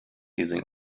using